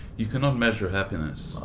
you cannot measure happiness,